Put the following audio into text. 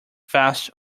fast